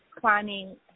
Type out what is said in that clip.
planning